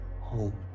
home